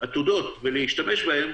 עתודות ולהשתמש בהן.